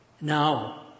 Now